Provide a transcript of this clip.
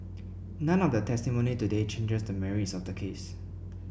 none of the testimony today changes the merits of the case